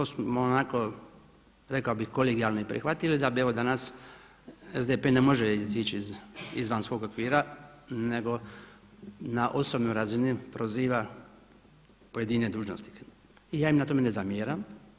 To smo onako rekao bih kolegijalno i prihvatili, da bi evo danas SDP ne može izići izvan svog okvira nego na osobnoj razini proziva pojedine dužnosnike i ja im na tome ne zamjeram.